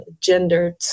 gendered